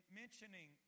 mentioning